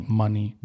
money